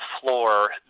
floor